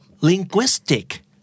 linguistic